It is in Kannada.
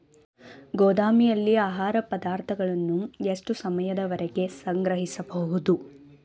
ಗೋದಾಮಿನಲ್ಲಿ ಆಹಾರ ಪದಾರ್ಥಗಳನ್ನು ಎಷ್ಟು ಸಮಯದವರೆಗೆ ಸಂಗ್ರಹಿಸಬಹುದು?